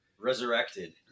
resurrected